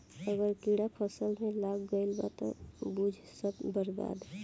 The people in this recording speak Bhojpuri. अगर कीड़ा फसल में लाग गईल त बुझ सब बर्बाद